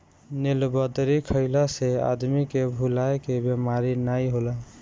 नीलबदरी खइला से आदमी के भुलाए के बेमारी नाइ होला